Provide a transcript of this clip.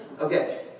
Okay